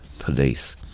Police